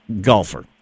golfer